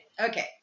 Okay